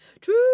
True